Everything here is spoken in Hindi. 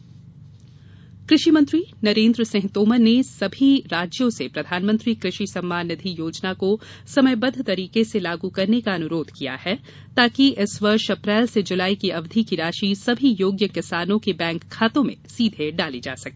मोदी सम्मान निधि कृषि मंत्री नरेन्द्र सिंह तोमर ने सभी राज्यों से प्रधानमंत्री कृषि सम्मान निधि योजना को समयबद्द तरीके से लागू करने का अनुरोध किया है ताकि सभी योग्य किसानों को इस वर्ष अप्रैल से जुलाई की अवधि की राशि सभी योग्य किसानों के बैंक खातों में सीधी डाली जा सके